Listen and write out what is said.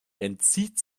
entzieht